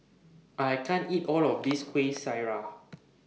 I can't eat All of This Kuih Syara